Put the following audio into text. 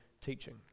teaching